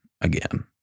again